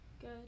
Good